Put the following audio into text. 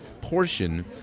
portion